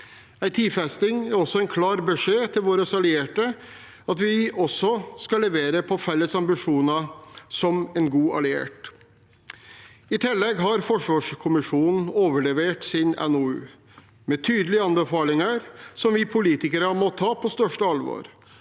En tidfesting er også en klar beskjed til våre allierte om at vi også skal levere på felles ambisjoner som en god alliert. I tillegg har Forsvarskommisjonen overlevert sin NOU med tydelige anbefalinger som vi politikere må ta på største alvor.